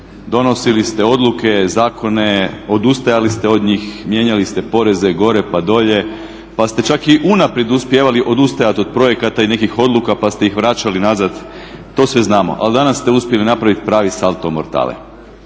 Donosili ste odluke, zakone, odustajali ste od njih, mijenjali ste poreze, gore pa dolje, pa ste čak i unaprijed uspijevali odustajati od projekata i nekih odluka pa ste ih vraćali nazad, to sve znamo. Ali danas ste uspjeli napraviti pravi salto mortale.